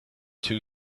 two